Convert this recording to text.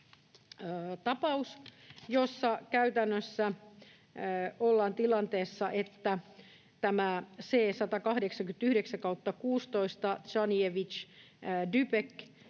tapaus, jossa käytännössä ollaan tilanteessa, että asiassa C-189/16 Zaniewicz-Dybeck